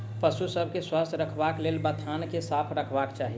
पशु सभ के स्वस्थ रखबाक लेल बथान के साफ रखबाक चाही